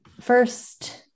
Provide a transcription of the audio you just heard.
first